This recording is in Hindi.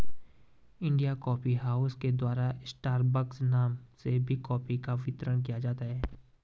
इंडिया कॉफी हाउस के द्वारा स्टारबक्स नाम से भी कॉफी का वितरण किया जाता है